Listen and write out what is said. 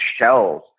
shells